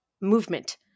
movement